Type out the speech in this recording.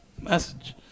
Message